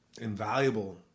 invaluable